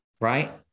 Right